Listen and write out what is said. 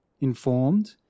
informed